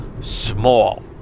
small